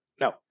No